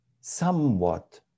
somewhat